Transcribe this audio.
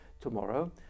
tomorrow